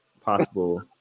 possible